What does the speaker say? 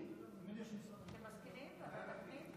אני מניח, אתם מסכימים, לוועדת הפנים?